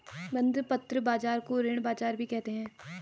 बंधपत्र बाज़ार को ऋण बाज़ार भी कहते हैं